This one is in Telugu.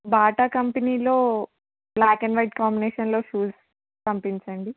బాటా కంపెనీలో బ్లాక్ అండ్ వైట్ కాంబినేషన్ లో షూస్ పంపించండి